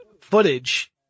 footage